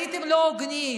הייתם לא הוגנים,